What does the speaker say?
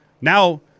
Now